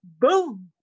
boom